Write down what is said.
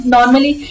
Normally